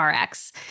Rx